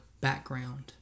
background